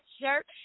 shirt